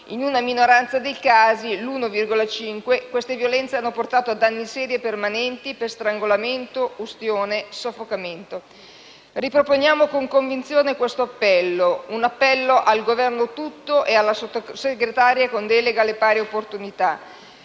In una minoranza dei casi, l'l,5 per cento, queste violenze hanno portato a danni seri e permanenti, per strangolamento, ustione o soffocamento. Riproponiamo con convinzione il nostro appello. È un appello al Governo tutto e alla Sottosegretaria con delega alle pari opportunità: